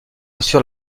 assure